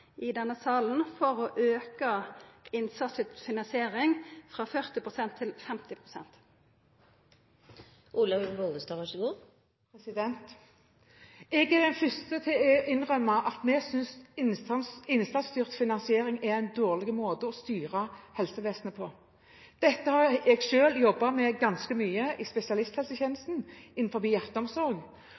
i denne salen for å auka innsatsstyrt finansiering frå 40 pst. til 50 pst. Jeg er den første til å innrømme at vi synes innsatsstyrt finansiering er en dårlig måte å styre helsevesenet på. Dette har jeg selv jobbet med ganske mye i spesialisthelsetjenesten innenfor hjerteomsorg.